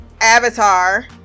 avatar